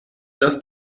dass